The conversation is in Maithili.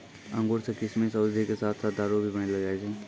अंगूर सॅ किशमिश, औषधि के साथॅ साथॅ दारू भी बनैलो जाय छै